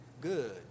good